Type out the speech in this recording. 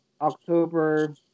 October